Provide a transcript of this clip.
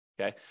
okay